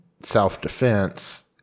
self-defense